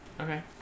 Okay